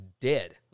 dead